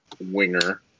winger